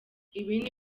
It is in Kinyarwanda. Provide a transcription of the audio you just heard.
ibi